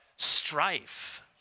Strife